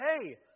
hey